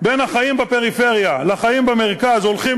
בין החיים בפריפריה לחיים במרכז הולכים